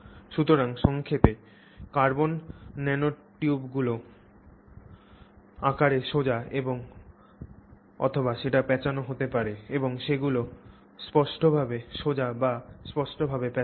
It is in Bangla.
সুতরাং সংক্ষেপে কার্বন ন্যানোটিউগুলি আকারে সোজা বা প্যাঁচানো হতে পারে এবং সেগুলি স্পষ্টভাবে সোজা বা স্পষ্ট ভাবে প্যাঁচানো